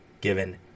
given